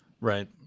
Right